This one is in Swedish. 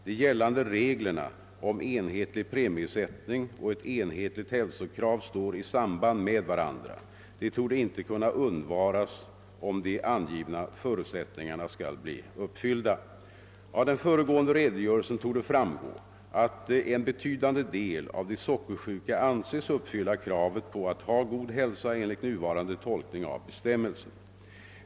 De gällande reglerna om enhetlig premiesättning och ett enhetligt hälsokrav står i samband med varandra. De torde inte kunna undvaras, om de angivna förutsättningarna skall förbli uppfyllda. Av den föregående redogörelsen torde framgå att en betydande del av de sockersjuka anses uppfylla kravet på att ha god hälsa enligt nuvarande tolkning av bestämmelsen.